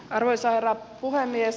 arvoisa herra puhemies